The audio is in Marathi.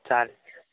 चालेल